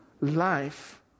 life